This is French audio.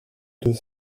deux